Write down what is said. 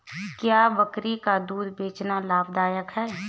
क्या बकरी का दूध बेचना लाभदायक है?